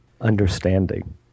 understanding